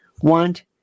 want